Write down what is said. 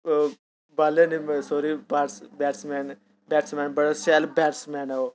अऽ बॉलर निं सॉरी बाटस बैट्समैन बैट्समैन बड़ा शैल बैट्समैन ऐ ओह्